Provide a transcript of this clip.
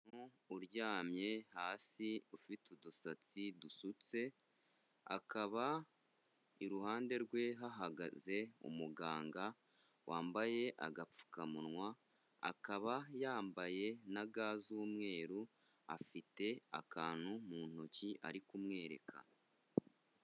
Umuntu uryamye hasi ufite udusatsi dusutse, akaba iruhande rwe hahagaze umuganga wambaye agapfukamunwa, akaba yambaye na ga z'umweru afite akantu mu ntoki ari kumwereka.